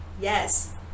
yes